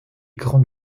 grande